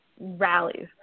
rallies